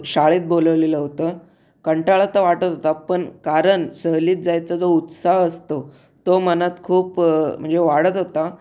शाळेत बोलावलेलं होतं कंटाळा तर वाटत होता पण कारण सहलीत जायचा जो उत्साह असतो तो मनात खूप म्हणजे वाढत होता